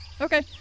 Okay